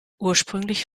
ursprünglich